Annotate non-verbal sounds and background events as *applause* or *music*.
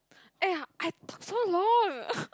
!aiya! I talk so long *breath*